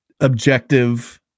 objective